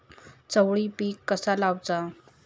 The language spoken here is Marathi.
चवळी पीक कसा लावचा?